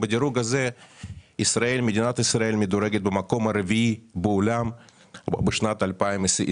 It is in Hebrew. ובדירוג הזה מדינת ישראל מדורגת במקום הרביעי בעולם בשנת 2022,